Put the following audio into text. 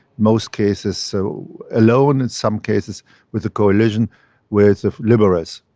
most cases so alone and some cases with a coalition with the liberals.